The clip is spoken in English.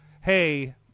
hey